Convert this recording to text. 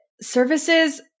services